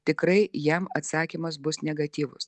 tikrai jam atsakymas bus negatyvus